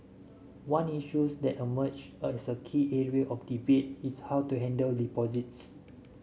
one issues that emerged as a key area of debate is how to handle deposits